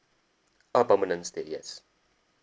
ah permanent stay yes